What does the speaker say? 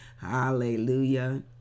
hallelujah